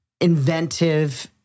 inventive